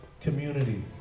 community